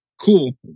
cool